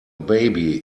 baby